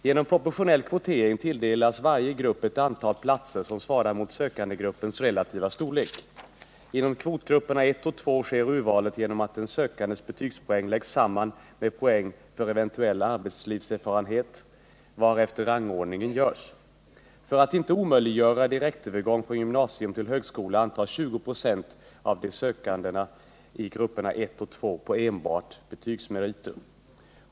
Genom proportionell kvotering tilldelas varje grupp ett antal platser som svarar mot sökandegruppens relativa storlek. Inom kvotgrupperna I och II sker sker urvalet genom att de sökandes betygspoäng läggs samman med poäng för eventuell arbetslivserfarenhet, varefter rangordning görs. För att inte omöjliggöra en direktövergång från gymnasium till högskola antas 20 26 av de sökande i grupperna I och II på enbart betygsmeriter.